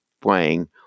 playing